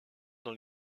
dans